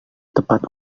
tepat